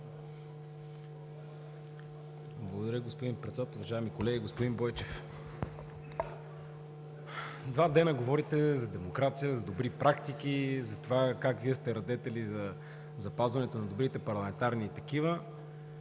Благодаря, господин Председател. Уважаеми колеги! Господин Бойчев, два дена говорите за демокрация, за добри практики, за това как Вие сте радетели за запазването на добрите парламентарни такива,